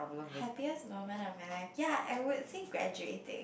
happiest moment of my life ya I would say graduating